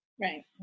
right